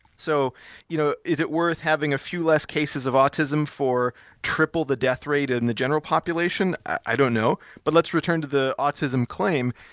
so you know is it worth having a few less cases of autism for triple the death rate in and the general population? i don't know. but let's return to the autism claim.